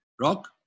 Rock